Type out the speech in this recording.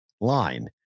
line